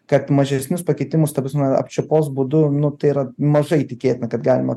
kad mažesnius pakitimus ta prasme apčiuopos būdu nu tai yra mažai tikėtina kad galima